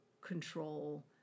control